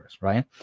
right